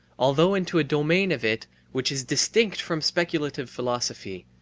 although into a domain of it which is distinct from speculative philosophy,